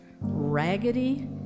raggedy